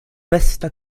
bester